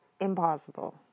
impossible